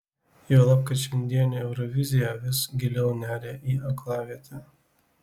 juolab kai šiandienė eurovizija vis giliau neria į aklavietę